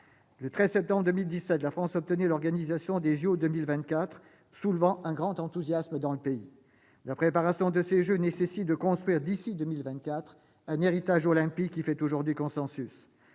Le 13 septembre 2017, la France obtenait l'organisation des jeux Olympiques et Paralympiques de 2024, soulevant un grand enthousiasme dans le pays. La préparation de ces jeux nécessite de construire d'ici à 2024 un « héritage olympique », qui fait aujourd'hui consensus.